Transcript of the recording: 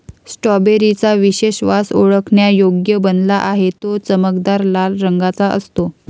strawberry चा विशेष वास ओळखण्यायोग्य बनला आहे, तो चमकदार लाल रंगाचा असतो